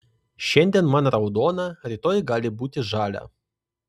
šiandien man raudona rytoj gali būti žalia